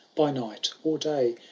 by night or day.